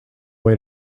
way